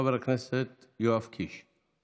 חבר הכנסת יואב קיש.